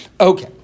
Okay